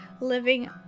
living